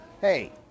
Hey